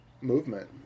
movement